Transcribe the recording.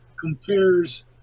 compares